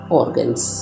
organs